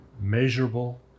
measurable